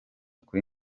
kuri